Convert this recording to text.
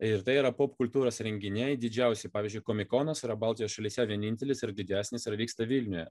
ir tai yra popkultūros renginiai didžiausi pavyzdžiui komikonas yra baltijos šalyse vienintelis ir didesnis ir vyksta vilniuje